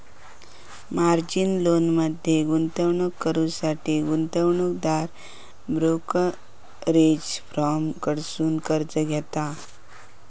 margin लोनमध्ये गुंतवणूक करुसाठी गुंतवणूकदार ब्रोकरेज फर्म कडसुन कर्ज घेता